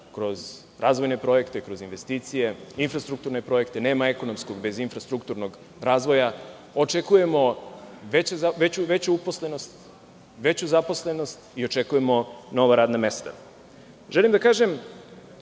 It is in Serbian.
kroz razvojne projekte, kroz investicije, infrastrukturne projekte. Nema ekonomskog bez infrastrukturnog razvoja. Očekujemo veću uposlenost, veću zaposlenost i očekujemo nova radna mesta. Želim da kažem